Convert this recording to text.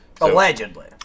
Allegedly